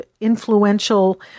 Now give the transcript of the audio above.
influential